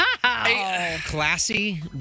Classy